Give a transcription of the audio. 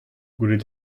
gwelet